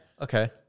Okay